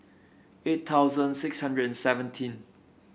eight thousand six hundred and seventeen